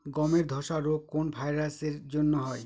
গমের ধসা রোগ কোন ভাইরাস এর জন্য হয়?